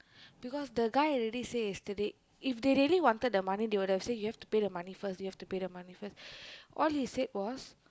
because the guy already say yesterday if they really wanted the money they would have say you have to pay the money first you have to pay the money first all he said was